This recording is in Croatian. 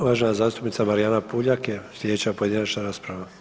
Uvažena zastupnica Marijana Puljak je sljedeća pojedinačna rasprava.